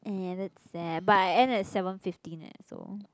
and that's sad but I end at seven fifteen leh so